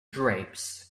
drapes